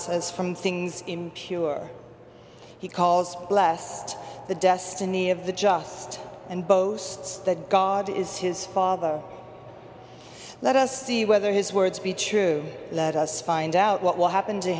as from things in he calls blessed the destiny of the just and boasts that god is his father let us see whether his words be true let us find out what will happen to